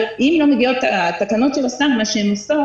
אבל התקנות מה שהן עושות,